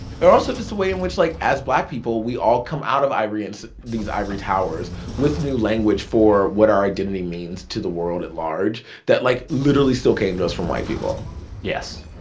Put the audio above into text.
or also just the way in which, like, as black people, we all come out of ivory and these ivory towers with new language for what our identity means to the world at large that, like, literally still came to us from white people yes.